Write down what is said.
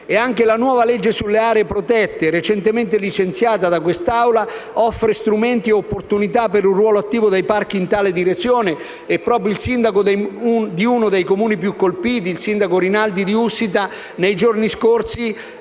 Anche la nuova legge sulle aree protette, recentemente licenziata dal Senato, offre strumenti e opportunità per un ruolo attivo dei parchi in tale direzione e proprio il sindaco di uno dei Comuni più colpiti, il sindaco Rinaldi di Ussita, nei giorni scorsi